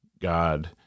God